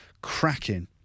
Cracking